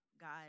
God